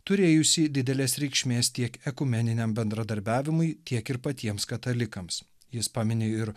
turėjusį didelės reikšmės tiek ekumeniniam bendradarbiavimui tiek ir patiems katalikams jis pamini ir